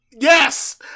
Yes